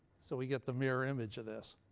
so we get the mirror image of this.